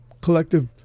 collective